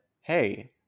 hey